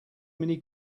many